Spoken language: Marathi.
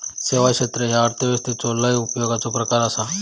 सेवा क्षेत्र ह्यो अर्थव्यवस्थेचो लय उपयोगाचो प्रकार आसा